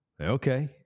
okay